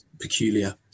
peculiar